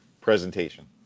presentation